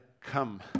Come